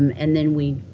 um and then we,